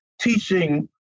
teaching